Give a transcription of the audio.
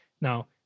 Now